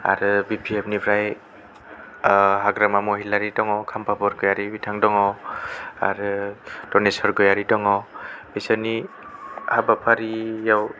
आरो B P F निफ्राय हाग्रामा महिलारि दङ खाम्फा बरग'यारि बिथां दङ आरो दनेस्वर ग'यारि दङ बिसोरनि हाबाफारिआव